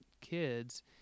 kids